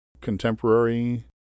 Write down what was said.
contemporary